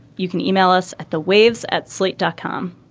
you can e-mail us at the waves at slate dot com.